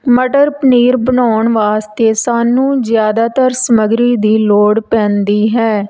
ਮਟਰ ਪਨੀਰ ਬਣਾਉਣ ਵਾਸਤੇ ਸਾਨੂੰ ਜ਼ਿਆਦਾਤਰ ਸਮੱਗਰੀ ਦੀ ਲੋੜ ਪੈਂਦੀ ਹੈ